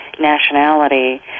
nationality